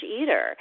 eater